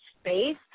space